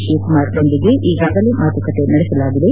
ಶಿವಕುಮಾರ್ರೊಂದಿಗೆ ಈಗಾಗಲೇ ಮಾತುಕತೆ ನಡೆಸಲಾಗಿದೆ